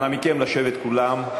אנא מכם, לשבת כולם.